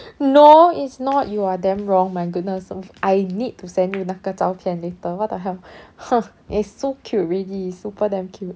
no it's not you are damn wrong my goodness I need to send you 那个照片 later what the hell it's so cute really super damn cute